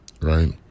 right